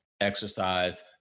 exercise